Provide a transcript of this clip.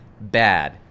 bad